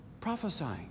prophesying